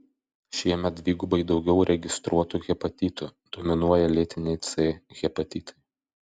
šiemet dvigubai daugiau registruotų hepatitų dominuoja lėtiniai c hepatitai